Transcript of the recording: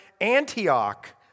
Antioch